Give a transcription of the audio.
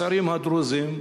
הצעירים הדרוזים,